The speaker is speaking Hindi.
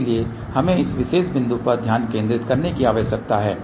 इसलिए हमें इस विशेष बिंदु पर ध्यान केंद्रित करने की आवश्यकता है